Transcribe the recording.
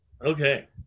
Okay